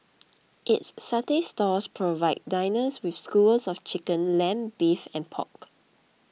its satay stalls provide diners with skewers of chicken lamb beef and pork